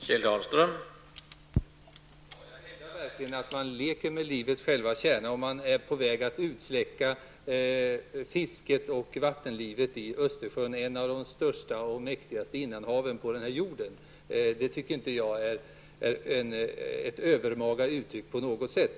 Herr talman! Jag hävdar verkligen att man leker med livets själva kärna om man är på väg att utsläcka fisket och vattenlivet i Östersjön, ett av de största och mäktigaste innanhaven på jorden. Det tycker jag inte är ett övermaga uttryck på något sätt.